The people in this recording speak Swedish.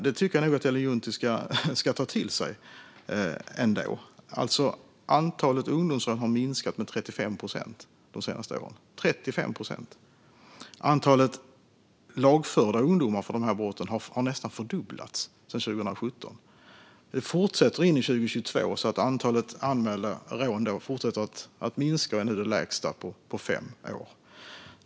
Jag tycker nog ändå att Ellen Juntti ska ta till sig att antalet ungdomsrån har minskat med 35 procent de senaste åren - 35 procent! Antalet ungdomar som lagförts för de här brotten har nästan fördubblats sedan 2017. Det fortsätter in i 2022; antalet anmälda rån fortsätter att minska och är nu det lägsta på fem år.